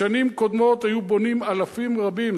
בשנים קודמות היו בונים אלפים רבים,